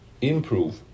improve